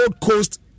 Coast